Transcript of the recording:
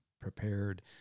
prepared